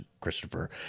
Christopher